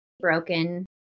broken